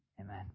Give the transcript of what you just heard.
amen